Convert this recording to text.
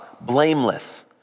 blameless